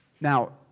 Now